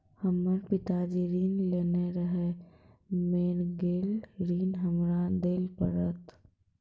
हमर पिताजी ऋण लेने रहे मेर गेल ऋण हमरा देल पड़त?